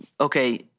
okay